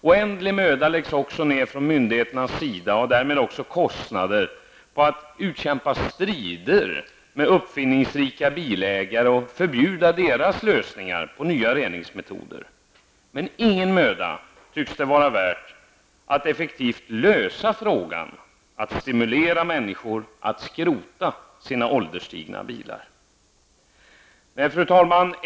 Oändlig möda läggs ner från myndigheternas sida, och därmed också pengar, på att utkämpa strider med uppfinningsrika bilägare och förbjuda deras lösningar på nya reningsmetoder, men ingen möda tycks det vara värt att effektivt lösa frågan, att stimulera människor att skrota sina ålderstigna bilar. Fru talman!